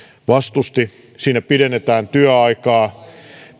vastusti siinä pidennetään työaikaa